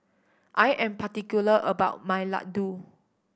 I am particular about my laddu